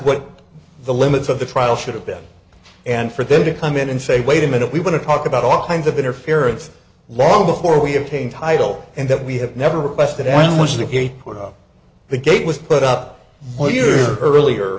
what the limits of the trial should have been and for them to come in and say wait a minute we want to talk about all kinds of interference long before we have taken title and that we have never requested an wish to be put up the gate was put up when you're earlier